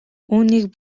үүнийг